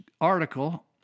article